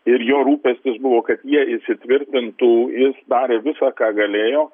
ir jo rūpestis buvo kad jie įsitvirtintų jis darė visa ką galėjo